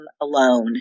alone